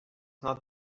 not